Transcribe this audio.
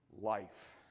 life